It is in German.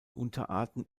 unterarten